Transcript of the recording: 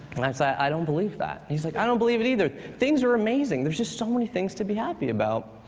and i'd say, i don't believe that. and he's like, i don't believe it either. things are amazing. there's just so many things to be happy about.